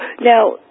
Now